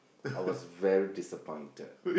I was very disappointed